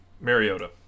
Mariota